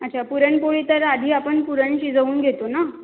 अच्छा पुरणपोळी तर आधी आपण पूरण शिजवून घेतो ना